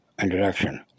introduction